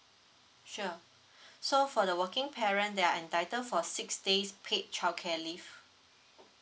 sure so for the working parent they are entitled for six days paid childcare leave